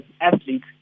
athletes